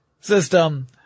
system